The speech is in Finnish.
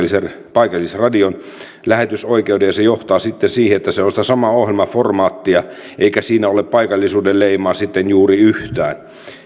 paikallisradion lähetysoikeuden ja se johtaa sitten siihen että se on sitä samaa ohjelmaformaattia eikä siinä ole paikallisuudenleimaa sitten juuri yhtään